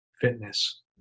fitness